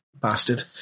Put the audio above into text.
bastard